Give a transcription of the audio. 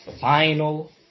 final